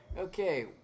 Okay